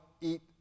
eat